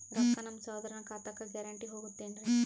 ರೊಕ್ಕ ನಮ್ಮಸಹೋದರನ ಖಾತಕ್ಕ ಗ್ಯಾರಂಟಿ ಹೊಗುತೇನ್ರಿ?